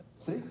See